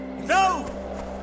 No